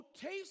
taste